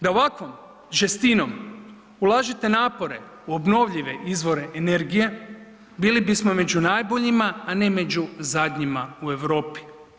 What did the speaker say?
Da ovakvom žestinom ulažete napore u obnovljive izvore energije bili bismo među najboljima, a ne među zadnjima u Europi.